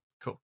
Cool